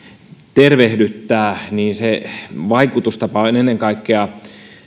tervehdyttää niin vaikutustapa on ennen kaikkea